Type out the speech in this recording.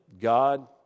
God